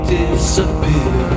disappear